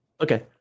okay